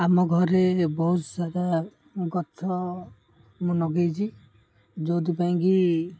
ଆମ ଘରେ ବହୁତ ସାରା ଗଛ ମୁଁ ଲଗାଇଛି ଯେଉଁଥିପାଇଁ କି